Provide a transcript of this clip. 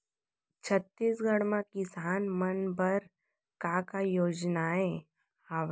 छत्तीसगढ़ म किसान मन बर का का योजनाएं हवय?